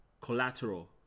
Collateral